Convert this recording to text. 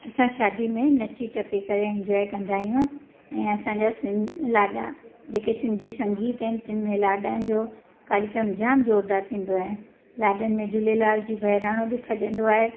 असां शादी में नची टपी करे इंजॉय कंदा आहियूं ऐं असांजा सिंधी लाॾा जेके सिंधी संगीत आहिनि तिनि में लाॾनि जो कार्यक्रम जाम ज़ोरदारु थींदो आहे लाॾनि में झूलेलाल जी बहिराणो बि खॼंदो आहे